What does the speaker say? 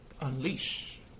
unleash